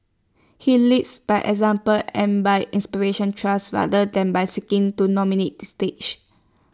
he leads by example and by inspiration trust rather than by seeking to dominate the stage